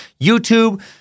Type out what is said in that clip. YouTube